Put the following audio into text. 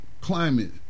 climate